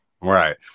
Right